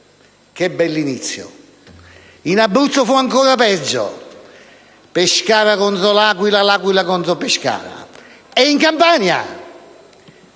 che bell'inizio! In Abruzzo fu ancora peggio: Pescara contro L'Aquila e L'Aquila contro Pescara. In Campania